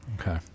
Okay